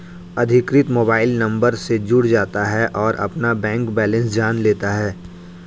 अधिकृत mobile number से जुड़ जाता है और अपना बैंक बेलेंस जान लेता है